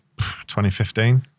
2015